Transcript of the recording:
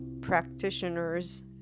practitioners